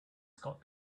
scott